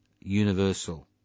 universal